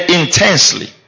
intensely